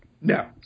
No